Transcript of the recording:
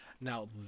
Now